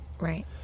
right